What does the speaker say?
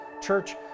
church